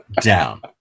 down